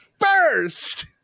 first